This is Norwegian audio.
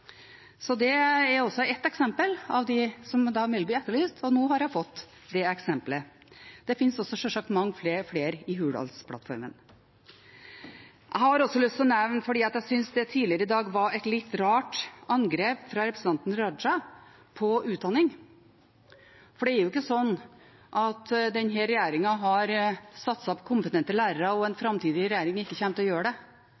Så det er ett eksempel på det Melby etterlyste, og nå har hun fått det eksempelet. Det finnes sjølsagt mange flere i Hurdalsplattformen. Jeg har også lyst til å nevne at jeg synes det tidligere i dag var et litt rart angrep fra representanten Raja om utdanning, for det er ikke slik at den forrige regjeringen har satset på kompetente lærere mens en framtidig regjering ikke kommer til å gjøre det.